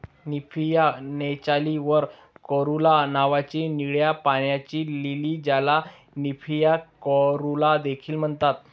Nymphaea नौचाली वर कॅरुला नावाची निळ्या पाण्याची लिली, ज्याला निम्फिया कॅरुला देखील म्हणतात